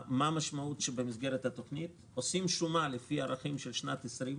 המשמעות היא שעושים שומה לפי הערכים של שנת 2020,